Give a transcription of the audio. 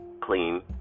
clean